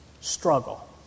struggle